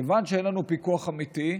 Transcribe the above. כיוון שאין לנו פיקוח אמיתי,